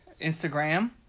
Instagram